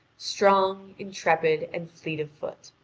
strong, intrepid, and fleet of foot.